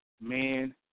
man